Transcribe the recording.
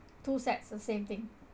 two sets the same thing